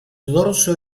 dorso